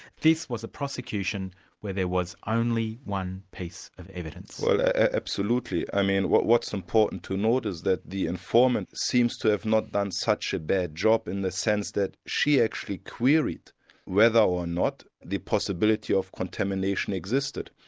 this was a prosecution where there was only one piece of evidence. well absolutely. i mean what's important to note is that the informant seems to have not done such a bad job, in the sense that she actually queried whether or not the possibility of contamination existed.